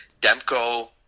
demko